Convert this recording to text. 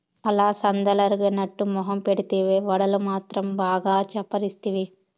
అలసందలెరగనట్టు మొఖం పెడితివే, వడలు మాత్రం బాగా చప్పరిస్తివి